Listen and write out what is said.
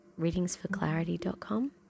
readingsforclarity.com